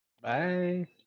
Bye